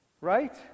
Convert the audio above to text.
Right